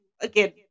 again